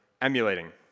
emulating